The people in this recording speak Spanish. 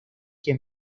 que